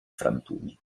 frantumi